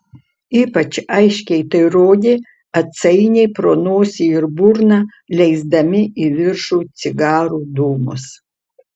ypač aiškiai tai rodė atsainiai pro nosį ir burną leisdami į viršų cigarų dūmus